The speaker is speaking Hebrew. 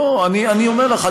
לא, אני אומר לך.